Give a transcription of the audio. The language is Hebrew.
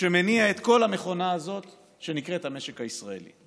שמניע את כל המכונה הזאת שנקראת המשק הישראלי.